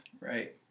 Right